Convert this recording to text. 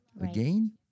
again